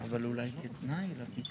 העברנו להם.